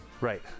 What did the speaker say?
Right